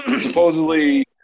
Supposedly